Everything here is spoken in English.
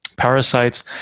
parasites